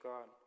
God